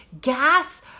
gas